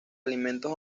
alimentos